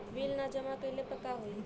Bill न जमा कइले पर का होई?